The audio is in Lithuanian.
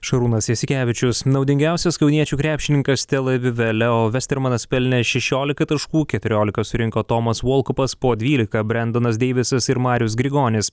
šarūnas jasikevičius naudingiausias kauniečių krepšininkas tel avive leo vestermanas pelnė šešiolika taškų keturiolika surinko tomas volkupas po dvylika brendonas deivisas ir marius grigonis